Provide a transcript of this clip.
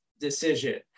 decision